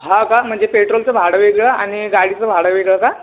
हा का म्हणजे पेट्रोलचं भाडं वेगळं आणि गाडीचं भाडं वेगळं का